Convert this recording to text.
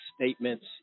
statements